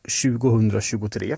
2023